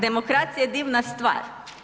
Demokracija je divna stvar.